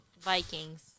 Vikings